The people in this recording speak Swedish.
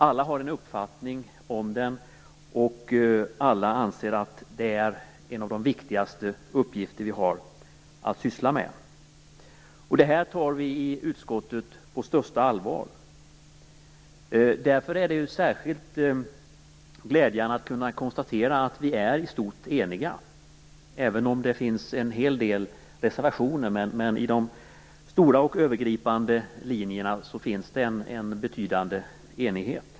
Alla har en uppfattning, och alla anser att detta är en av de viktigaste uppgifter som vi har att syssla med. Detta tar vi i utskottet på största allvar. Därför är det särskilt glädjande att kunna konstatera att vi i stort sett är eniga, även om det finns en hel del reservationer. Men i de stora och övergripande frågorna finns det en betydande enighet.